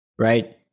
Right